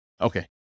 Okay